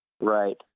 Right